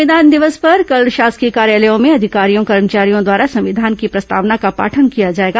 संविधान दिवस पर कल शासकीय कार्यालयों में अधिकारियों कर्मचारियों द्वारा संविधान की प्रस्तावना का पाठन किया जाएगा